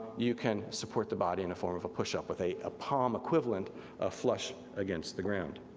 you can support the body in a form of a push-up with a a palm-equivalent ah flush against the ground.